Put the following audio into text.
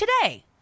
today